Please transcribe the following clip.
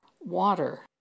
water